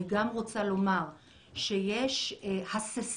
אני גם רוצה לומר שיש הססנות